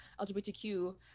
lgbtq